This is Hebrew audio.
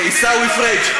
בעיסאווי פריג'.